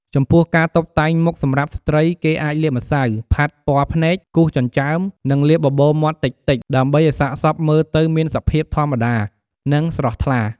ចំពោះការតុបតែងមុខសម្រាប់ស្ត្រីគេអាចលាបម្សៅ ផាត់ពណ៌ភ្នែក គូសចិញ្ចើម និងលាបបបូរមាត់តិចៗ ដើម្បីឱ្យសាកសពមើលទៅមានសភាពធម្មតា និងស្រស់ថ្លា។